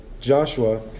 Joshua